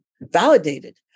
validated